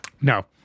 No